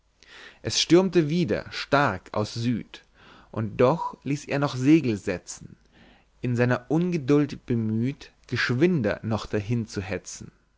es stürmte wieder stark aus süd und doch ließ er noch segel setzen in seiner ungeduld bemüht geschwinder noch dahin zu